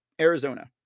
Arizona